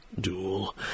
Duel